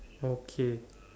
okay